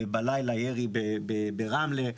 בלילה ירי ברמלה,